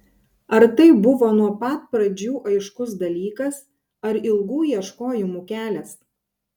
ar tai buvo nuo pat pradžių aiškus dalykas ar ilgų ieškojimų kelias